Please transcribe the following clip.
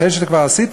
אחרי שאתה שכבר עשית